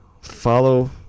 Follow